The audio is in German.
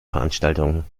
veranstaltungen